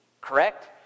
Correct